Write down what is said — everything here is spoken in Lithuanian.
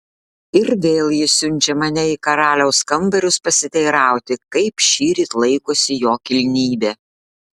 ir vėl ji siunčia mane į karaliaus kambarius pasiteirauti kaip šįryt laikosi jo kilnybė